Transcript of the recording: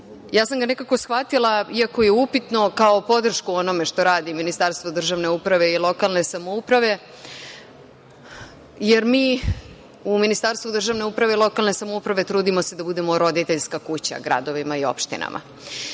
sam ga nekako shvatila, iako je upitno, kao podršku onome što radi Ministarstvo državne uprave i lokalne samouprave, jer se mi u Ministarstvu državne uprave i lokalne samouprave trudimo da budemo roditeljska kuća gradovima i opštinama.